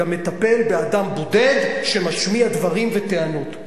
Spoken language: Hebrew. הוא גם מטפל באדם בודד שמשמיע דברים וטענות,